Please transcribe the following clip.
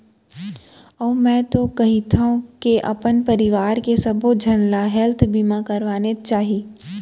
अउ मैं तो कहिथँव के अपन परवार के सबे झन ल हेल्थ बीमा करवानेच चाही